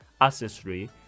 accessory